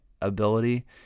ability